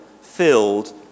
filled